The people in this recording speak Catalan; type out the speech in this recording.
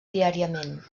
diàriament